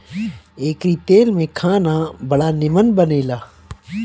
एकरी तेल में खाना बड़ा निमन बनेला